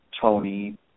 Tony